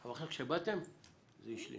אבל עכשיו כשבאתם זה השלים.